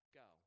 go